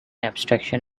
abstraction